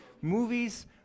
Movies